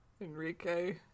Enrique